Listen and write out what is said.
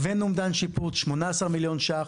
הבאנו אומדן שיפוץ 18 מיליון שקל.